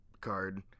card